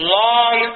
long